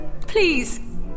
Please